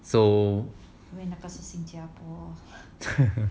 so